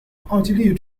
奥地利